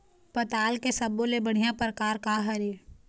पताल के सब्बो ले बढ़िया परकार काहर ए?